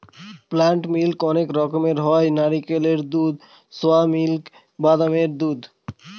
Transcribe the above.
plant milk অনেক রকমের হয় নারকেলের দুধ, সোয়া মিল্ক, বাদামের দুধ